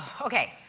okay.